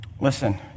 Listen